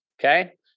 okay